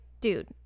dude